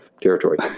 territory